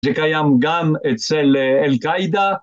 ‫שקיים גם אצל אל-קאידה.